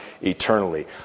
eternally